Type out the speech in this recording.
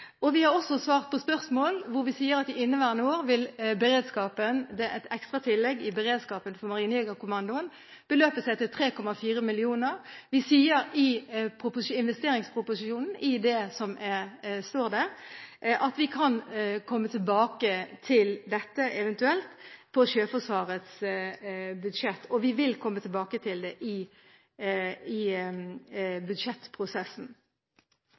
og vi har også svart på spørsmål hvor vi sier at i inneværende år vil et ekstra tillegg i beredskapen for Marinejegerkommandoen beløpe seg til 3,4 mill. kr. Vi sier også i investeringsproposisjonen at vi eventuelt kan komme tilbake til dette på Sjøforsvarets budsjett, og vi vil komme tilbake til det i budsjettprosessen.